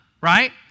right